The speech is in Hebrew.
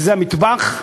שהם: המטבח,